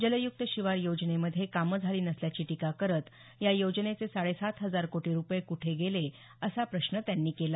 जलयुक्त शिवार योजनेमध्ये कामं झाली नसल्याची टीका करत या योजनेचे साडेसात हजार कोटी रूपये कुठे गेले असा प्रश्न त्यांनी केला